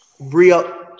Real